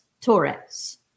Torres